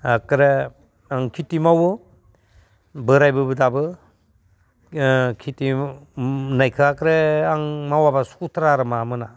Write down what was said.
एकक्रे आं खेथि मावो बोराइबाबो दाबो खेथि नायखाख्रे आं मावाबा सुखुथारा आरो माबा मोना